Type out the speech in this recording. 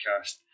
podcast